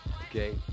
Okay